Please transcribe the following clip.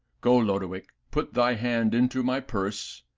go, lodowick, put thy hand into my purse,